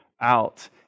out